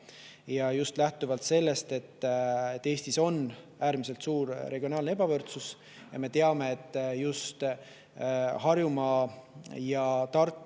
just lähtuvalt sellest, et Eestis on äärmiselt suur regionaalne ebavõrdsus. Me teame, et just Harjumaa, Tartu